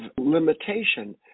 limitation